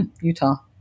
Utah